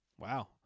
Wow